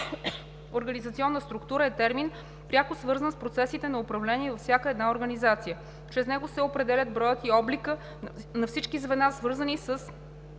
„Организационна структура“ е термин, пряко свързан с процесите на управление във всяка една организация. Чрез него се определят броят и обликът на всички звена, свързани с